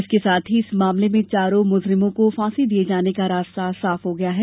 इसके साथ ही इस मामले में चारों मुजरिमों को फांसी दिये जाने का रास्ता साफ हो गया है